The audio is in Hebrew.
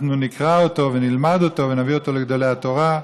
אנחנו נקרא אותו ונלמד אותו ונביא אותו לגדולי התורה.